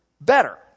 better